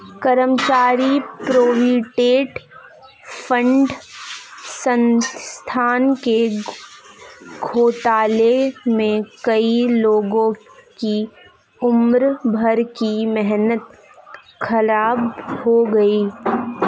कर्मचारी provident fund संस्था के घोटाले में कई लोगों की उम्र भर की मेहनत ख़राब हो गयी